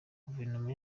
guverinoma